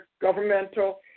governmental